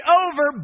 over